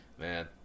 man